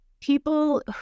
People